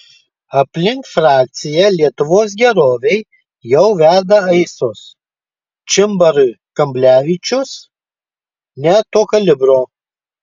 aplink frakciją lietuvos gerovei jau verda aistros čimbarui kamblevičius ne to kalibro